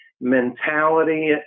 mentality